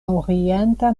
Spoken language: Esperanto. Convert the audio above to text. orienta